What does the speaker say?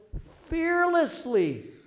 fearlessly